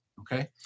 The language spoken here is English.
okay